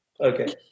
Okay